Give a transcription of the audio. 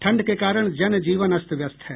ठंड के कारण जन जीवन अस्त व्यस्त है